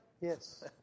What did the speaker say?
Yes